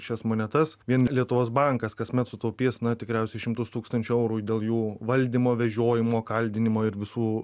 šias monetas vien lietuvos bankas kasmet sutaupys na tikriausiai šimtus tūkstančių eurų dėl jų valdymo vežiojimo kaldinimo ir visų